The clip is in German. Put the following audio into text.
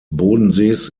bodensees